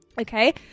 Okay